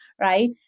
right